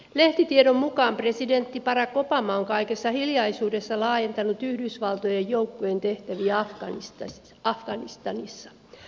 lehtitiedon mukaan presidentti barack obama on kaikessa hiljaisuudessa laajentanut yhdysvaltojen joukkojen tehtäviä afganistanissa